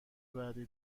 بعدی